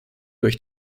durch